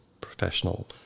professional